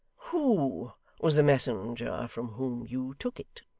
who was the messenger from whom you took it